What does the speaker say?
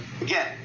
again